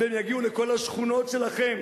והם יגיעו לכל השכונות שלכם.